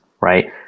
right